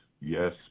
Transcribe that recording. yes